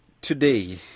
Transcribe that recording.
today